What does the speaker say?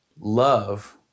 Love